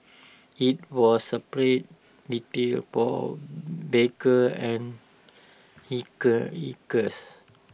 IT was separate detail for bikers and hikers hikers